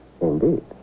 Indeed